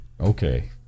Okay